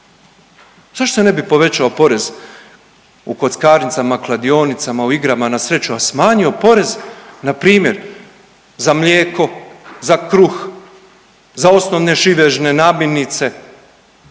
Zašto se ne bi povećao porez u kockarnicama, kladionicama, u igrama na sreću, a smanjio porez npr. za mlijeko, za kruh, za osnovne živežne namirnice